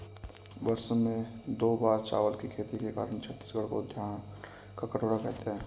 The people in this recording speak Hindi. वर्ष में दो बार चावल की खेती के कारण छत्तीसगढ़ को धान का कटोरा कहते हैं